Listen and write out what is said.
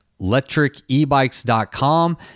electricebikes.com